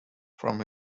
from